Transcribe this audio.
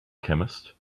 chemist